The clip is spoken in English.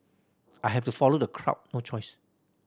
I have to follow the crowd no choice